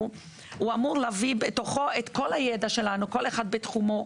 שאמור להביא בתוכו את כל הידע שלנו כל אחד בתחומו,